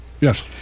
Yes